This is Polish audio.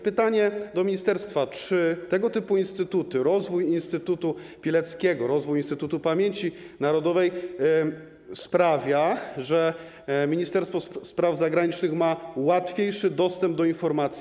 Pytanie do ministerstwa: Czy tego typu instytuty, rozwój instytutu Pileckiego, rozwój Instytutu Pamięci Narodowej sprawiają, że Ministerstwo Spraw Zagranicznych ma łatwiejszy dostęp do informacji?